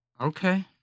Okay